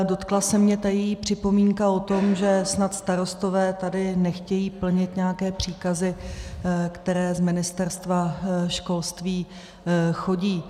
Dotkla se mě ta její připomínka o tom, že snad starostové tady nechtějí plnit nějaké příkazy, které z Ministerstva školství chodí.